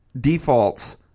defaults